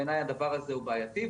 בעיניי הדבר הזה הוא בעייתי.